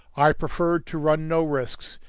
i preferred to run no risks,